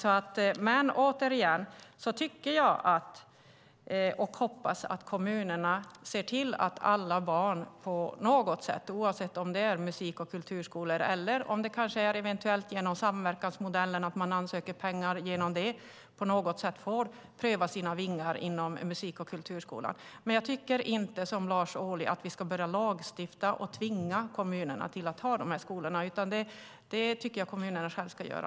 Återigen tycker jag, och hoppas jag, att kommunerna ska se till att alla barn på något sätt, oavsett om det är musik och kulturskolor eller om man eventuellt genom samverkansmodellen ansöker om pengar, får pröva sina vingar inom musik och kulturskolan. Jag tycker inte, som Lars Ohly, att vi ska börja lagstifta och tvinga kommunerna att ha dessa skolor, utan det tycker jag att kommunerna själva ska avgöra.